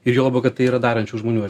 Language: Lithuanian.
ir juolab kad tai yra darančių žmonių